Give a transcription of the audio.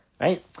Right